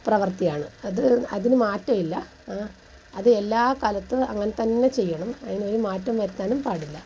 പ്രവൃത്തിയാണ് അതു അതിനു മാറ്റമില്ല അത് എല്ലാ കാലത്തും അങ്ങനെ തന്നെ ചെയ്യണം അതിനൊരു മാറ്റം വരുത്താനും പാടില്ല